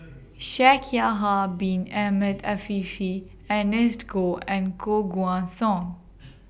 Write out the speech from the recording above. Shaikh Yahya Bin Ahmed Afifi Ernest Goh and Koh Guan Song